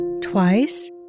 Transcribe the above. twice